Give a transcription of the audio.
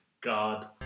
God